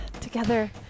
Together